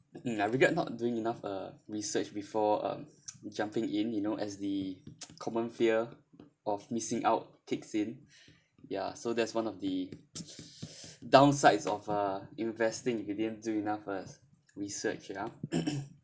mm I regret not doing enough uh research before um jumping in you know as the common fear of missing out kicks in ya so that's one of the downsides of uh investing if you didn't do enough first research ya